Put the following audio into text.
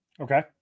Okay